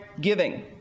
giving